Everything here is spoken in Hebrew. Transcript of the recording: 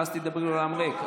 ואז תדברי לאולם ריק,